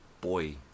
Boy